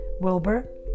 Wilbur